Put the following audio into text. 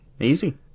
Easy